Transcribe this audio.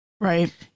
Right